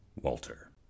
Walter